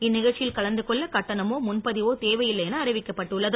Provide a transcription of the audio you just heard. இந்நிகழ்ச்சி யிடல் கலந்து கொள்ள கட்டணமோ முன்பதி வோ தேவை யி ல்லை என அறி விக்கப்பட்டுள்ளது